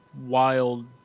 wild